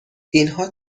اینها